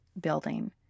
building